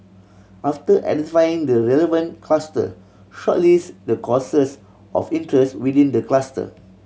after identifying the relevant cluster shortlist the courses of interest within the cluster